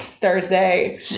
Thursday